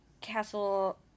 Castle